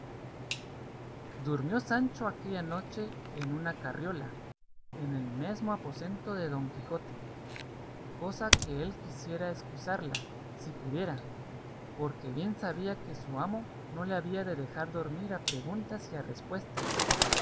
durmió sancho aquella noche en una carriola en el mesmo aposento de don quijote cosa que él quisiera escusarla si pudiera porque bien sabía que su amo no le había de dejar dormir a preguntas y a respuestas